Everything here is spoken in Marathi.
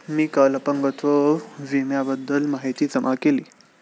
मी काल अपंगत्व विम्याबद्दल माहिती जमा केली